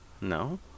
No